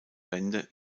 wende